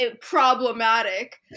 Problematic